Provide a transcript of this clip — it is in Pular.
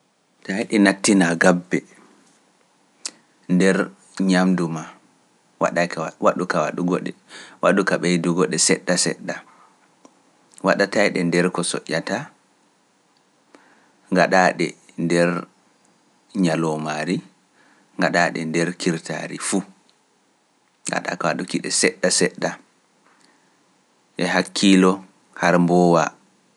Taa yidi nattina gabbe nder ñamdu maa, waɗatai ka waɗu kay waɗuki ne goɗɗe, ɓeydu goɗɗe seɗɗa seɗɗa, waɗatae nder ko soƴƴata, ngaɗa ɗe nder ñaloomaari, ngaɗa ɗe nder kirtaari fu, ngaɗa kay waɗdu kiɗe seɗɗa seɗɗa, e hakkiilo har mboowa.